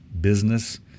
business